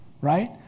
right